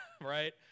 right